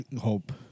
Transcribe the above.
hope